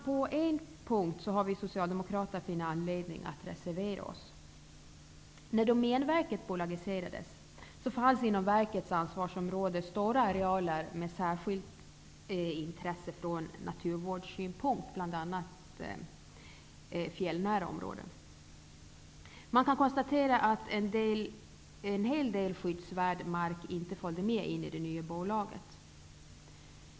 På en punkt har vi socialdemokrater funnit anledning att reservera oss. När Domänverket bolagiserades fanns inom verkets ansvarsområde stora arealer med särskilt intresse från naturvårdssynpunkt, bl.a. fjällnära områden. Man kan konstatera att en hel del skyddsvärd mark inte följde med in i det nya bolaget.